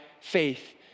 faith